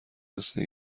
مثلا